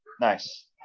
Nice